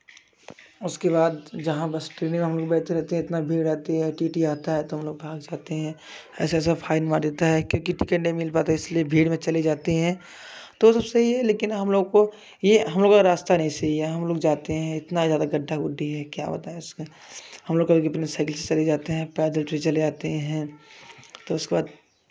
उसके बाद जहाँ बस ट्रेन में हम लोग बैठते रहते हैं इतना भीड़ आती है टी टी आता है तो हम लोग भाग जाते हैं ऐसे ऐसे फाइन मार देता है क्योंकि टिकट नहीं मिल पाता इसलिए भीड़ में चले जाते हैं तो सबसे सही है लेकिन हम लोग को यह हम लोग का रास्ता नहीं सही है हम लोग जाते हैं इतना ज़्यादा गड्ढा गुड्डी है क्या बताएँ हम लोग कभी कभी साइकिल से चले जाते हैं पैदल ट्री चले जाते हैं तो उसके बाद